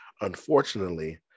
Unfortunately